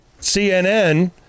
CNN